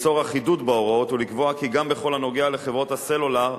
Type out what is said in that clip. ליצור אחידות בהוראות ולקבוע כי גם בכל הנוגע לחברת הסלולר,